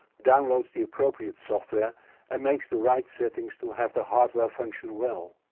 downloads the appropriate software and makes the right settings to have the hardware function well.